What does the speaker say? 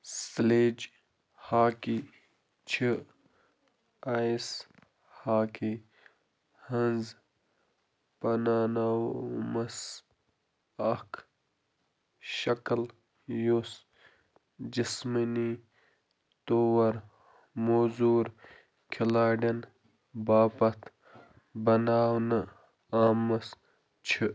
sledge hockey چھِ آیِس hockey ہٕنٛز پَناناومَس اَکھ شَکَل یُس جِسمٲنی طور معذوٗر کھِلاڑٮ۪ن باپَت بَناونہٕ آمَس چھِ